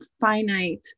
finite